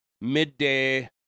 midday